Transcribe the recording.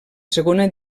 segona